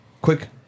quick